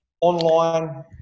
online